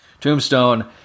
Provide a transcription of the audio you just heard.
Tombstone